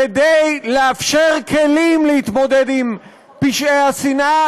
כדי לאפשר כלים להתמודד עם פשעי שנאה